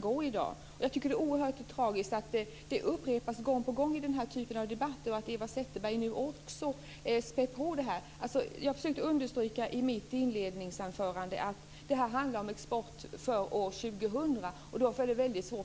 förekomma i dag. Jag tycker att det är oerhört tragiskt att detta upprepas gång på gång i den här typen av debatter. Också Eva Zetterberg späder på det här. Jag försökte att understryka i mitt inledningsanförande att det här handlar om exporten under 2000.